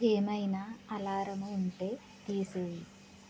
ఏమైనా అలారం ఉంటే తీసేయి